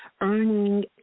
earning